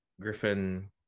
Griffin